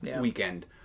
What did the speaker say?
weekend